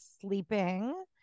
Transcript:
sleeping